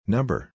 Number